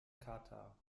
katar